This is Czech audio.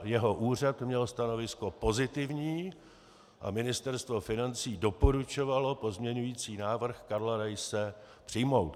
Jeho úřad měl stanovisko pozitivní a Ministerstvo financí doporučovalo pozměňovací návrh Karla Raise přijmout.